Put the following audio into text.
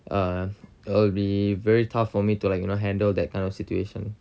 uh it'll be very tough for me to handle that kind of situation